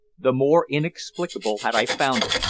the more inexplicable had i found it.